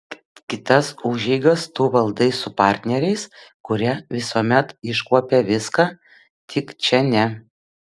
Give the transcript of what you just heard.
kitas užeigas tu valdai su partneriais kurie visuomet iškuopia viską tik čia ne